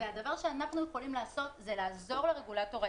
והדבר שאנחנו יכולים לעשות זה לעזור לרגולטור הישראלי,